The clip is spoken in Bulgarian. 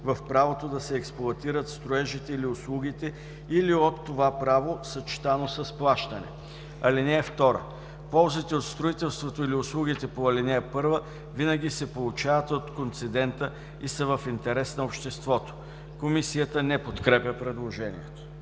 в правото да се експлоатират строежите или услугите, или от това право, съчетано с плащане. (2) Ползите от строителството или услугите по ал. 1 винаги се получават от концедента и са в интерес на обществото.” Комисията не подкрепя предложението.